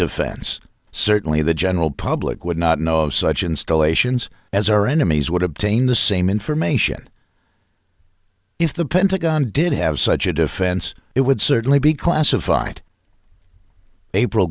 defense certainly the general public would not know of such installations as our enemies would obtain the same information if the pentagon did have such a defense it would certainly be classified april